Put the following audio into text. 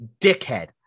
Dickhead